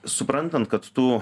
suprantant kad tu